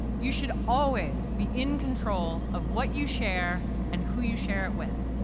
you should always be in control of what you share and who you share it with.